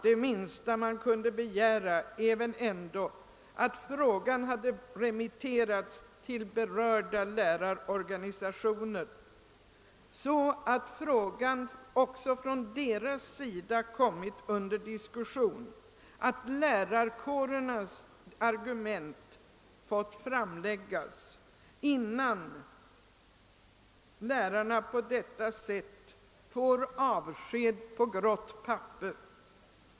Det minsta som kan begäras är att frågan hade remitterats till berörda lärarorganisationer, så att dessa hade fått möjlighet att diskutera spörsmålet och så att lärarkårernas argument hade kunnat framläggas, innan deras representanter får avsked på grått papper.